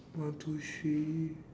one two three